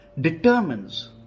determines